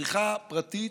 צריכה פרטית,